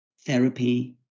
therapy